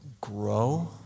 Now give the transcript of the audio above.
grow